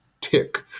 tick